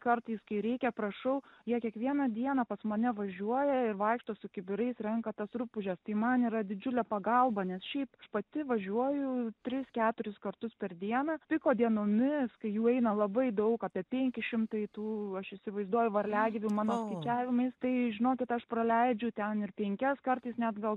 kartais kai reikia prašau jie kiekvieną dieną pas mane važiuoja ir vaikšto su kibirais renka tas rupūžes tai man yra didžiulė pagalba nes šiaip aš pati važiuoju tris keturis kartus per dieną piko dienomis kai jų eina labai daug apie penki šimtai tų aš įsivaizduoju varliagyvių mano skaičiavimais tai žinokit aš praleidžiu ten ir penkias kartais net gal